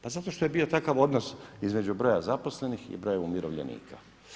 Pa zato što je bio takav odnos između broja zaposlenih i broja umirovljenika.